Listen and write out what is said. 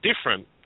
different